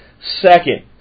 Second